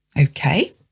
Okay